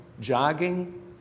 jogging